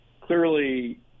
Clearly